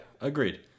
agreed